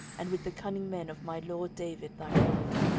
and with the cunning men of my lord david thy father.